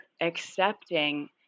accepting